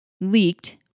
leaked